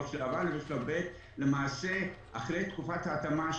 אבל אחרי תקופת ההתאמה,